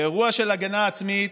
באירוע של הגנה עצמית,